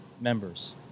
members